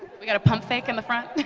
we gotta pump fake in the front.